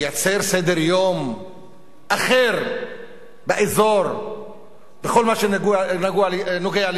סדר-יום אחר באזור בכל מה שנוגע לישראל.